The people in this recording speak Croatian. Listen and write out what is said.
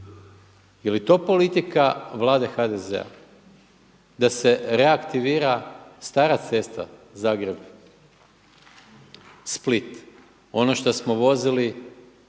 Je li to politika Vlade HDZ-a, da se reaktivira stara cesta Zagreb-Split, ono što smo vozili